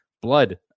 blood